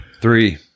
Three